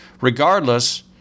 regardless